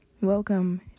Welcome